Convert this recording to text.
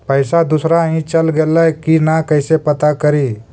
पैसा दुसरा ही चल गेलै की न कैसे पता करि?